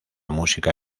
música